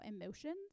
emotions